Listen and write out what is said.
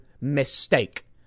mistake